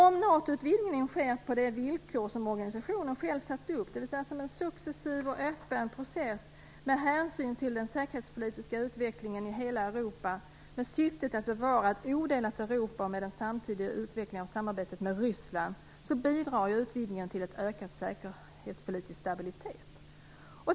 Om NATO-utvidgningen sker på de villkor som organisationen själv satt upp, dvs. som en successiv och öppen process med hänsyn till den säkerhetspolitiska utvecklingen i hela Europa och med syftet att bevara ett odelat Europa med en samtidig utveckling av samarbetet med Ryssland, bidrar utvidgningen till en ökad säkerhetspolitisk stabilitet.